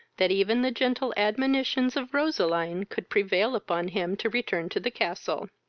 that even the gentle admonitions of roseline could prevail upon him to return to the castle.